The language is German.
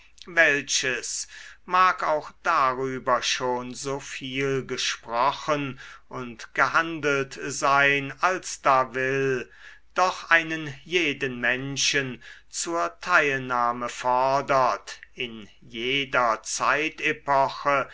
welches mag auch darüber schon so viel gesprochen und gehandelt sein als da will doch einen jeden menschen zur teilnahme fordert in jeder zeitepoche